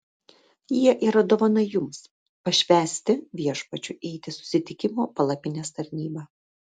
jie yra dovana jums pašvęsti viešpačiui eiti susitikimo palapinės tarnybą